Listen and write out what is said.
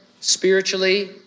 spiritually